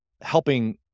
helping